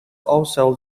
also